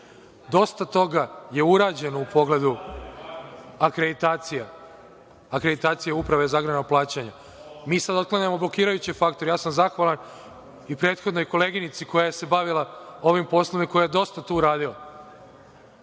Dosta toga je urađeno u pogledu akreditacija Uprave za agrarna plaćanja. Mi sada otklanjamo blokirajuće faktore. Ja sam zahvalan i prethodnoj koleginici koja se bavila ovim poslom i koja je dosta tu uradila,